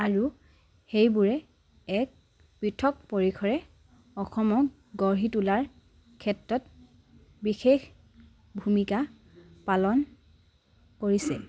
আৰু সেইবোৰে এক পৃথক পৰিসৰে অসমক গঢ়ি তোলাৰ ক্ষেত্ৰত বিশেষ ভূমিকা পালন কৰিছে